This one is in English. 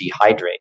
dehydrate